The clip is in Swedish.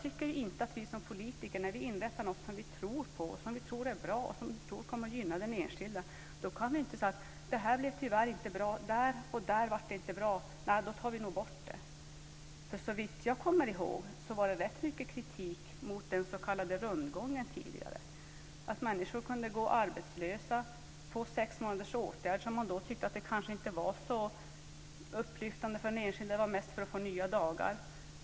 När vi som politiker inrättar någonting som vi tror på, som vi tror är bra och som vi tror kommer att gynna den enskilda, kan vi inte säga att det tyvärr inte blev bra på några ställen och därför ska vi ta bort det. Såvitt jag kommer ihåg fanns det rätt mycket kritik mot den s.k. rundgången tidigare. Människor kunde gå arbetslösa och få sex månaders åtgärd som man inte tyckte var så upplyftande för den enskilda. Det var mest till för att man skulle få nya dagar.